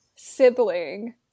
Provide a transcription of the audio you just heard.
sibling